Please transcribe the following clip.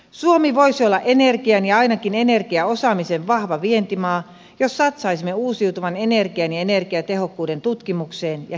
suomi voisi olla energian ja ainakin energiaosaamisen vahva vientimaa jos satsaisimme uusiutuvan energian ja energiatehokkuuden tutkimukseen ja kehittämiseen